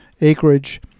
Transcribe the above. acreage